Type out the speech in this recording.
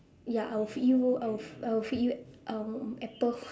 ya I will feed you I will I will feed you um apple